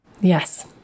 Yes